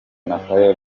matteo